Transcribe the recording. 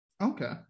Okay